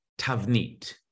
Tavnit